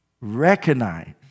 recognize